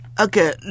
Okay